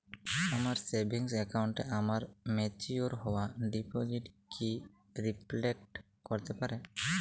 আমার সেভিংস অ্যাকাউন্টে আমার ম্যাচিওর হওয়া ডিপোজিট কি রিফ্লেক্ট করতে পারে?